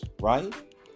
Right